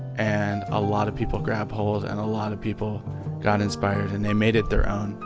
and a lot of people grabbed hold. and a lot of people got inspired. and they made it their own.